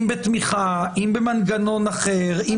אם בתמיכה או במנגנון אחר.